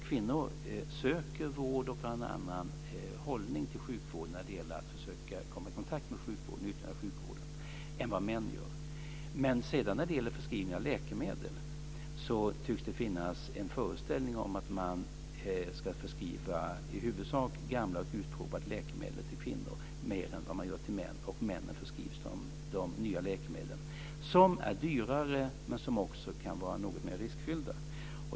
Kvinnor söker vård och har en annan hållning till sjukvården vad avser att försöka komma i kontakt med och nyttja sjukvården än vad män har. Men när det sedan gäller förskrivning av läkemedel tycks det finnas en föreställning om att man mera ska förskriva i huvudsak gamla och utprovade läkemedel till kvinnor än vad man gör till män. Åt männen förskrivs de nya läkemedlen, som är dyrare men som också kan vara något mer riskfyllda.